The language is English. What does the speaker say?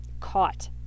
caught